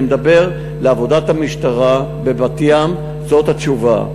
אני מדבר על עבודת המשטרה בבת-ים, זו התשובה.